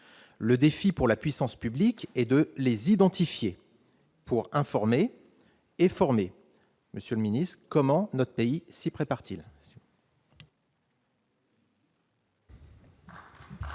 Le défi pour la puissance publique est de les identifier pour informer et former. Monsieur le secrétaire d'État, comment notre pays s'y prépare-t-il ?